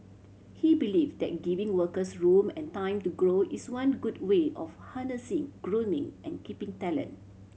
he believes that giving workers room and time to grow is one good way of harnessing grooming and keeping talent